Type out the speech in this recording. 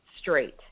straight